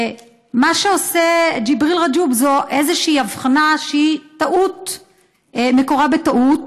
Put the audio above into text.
מה שעושה ג'יבריל רג'וב זו איזושהי הבחנה שמקורה בטעות,